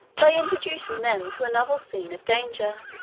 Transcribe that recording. by introducing them to a novel scene of danger.